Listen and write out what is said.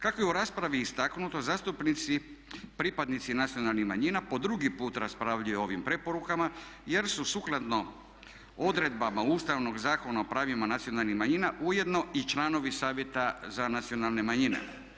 Kako je u raspravi istaknuto zastupnici pripadnici nacionalnih manjina po drugi put raspravljaju o ovim preporukama jer su sukladno odredbama Ustavnog zakona o pravima nacionalnih manjina ujedno i članovi Savjeta za nacionalne manjine.